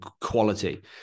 quality